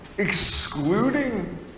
excluding